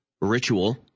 ritual